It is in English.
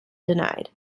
denied